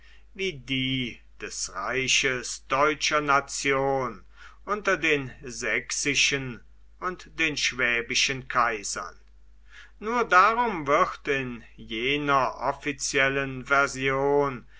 wie die des reiches deutscher nation unter den sächsischen und den schwäbischen kaisern nur darum wird in jener offiziellen version